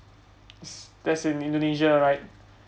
it's that's in indonesia right